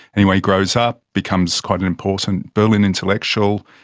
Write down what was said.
anyway, he grows up, becomes quite an important berlin intellectual,